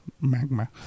magma